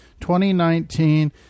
2019